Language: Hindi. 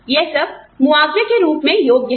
यह सब मुआवजे के रूप में योग्य है